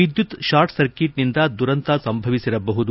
ವಿದ್ಲುತ್ short ಸರ್ಕೀಟ್ನಿಂದ ದುರಂತ ಸಂಭವಿಸಿರಬಹುದು